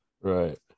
Right